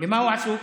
במה הוא עסוק?